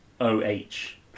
O-H